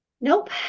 nope